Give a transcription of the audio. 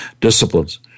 disciplines